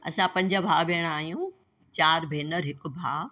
असां पंज भाउ भेण आयूं चार भेनर हिकु भाउ